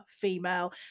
female